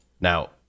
Now